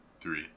three